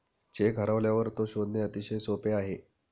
check हरवल्यावर तो शोधणे अतिशय सोपे आहे